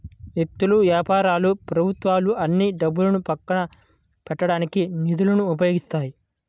వ్యక్తులు, వ్యాపారాలు ప్రభుత్వాలు అన్నీ డబ్బును పక్కన పెట్టడానికి నిధులను ఉపయోగిస్తాయి